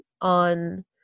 on